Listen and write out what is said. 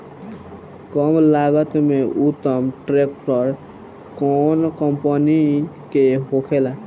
कम लागत में उत्तम ट्रैक्टर कउन कम्पनी के होखेला?